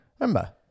remember